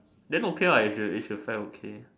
then okay lah if you if you fail okay